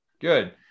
Good